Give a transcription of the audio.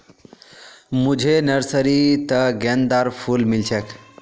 मुझे नर्सरी त गेंदार फूल मिल छे